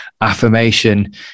affirmation